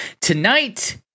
Tonight